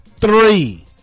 three